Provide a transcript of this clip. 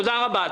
תודה רבה.